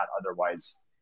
otherwise